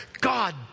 God